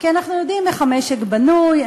כי אנחנו יודעים איך המשק בנוי,